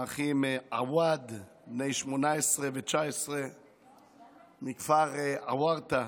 האחים עוואד, בני 18 ו-19 מכפר עוורתא,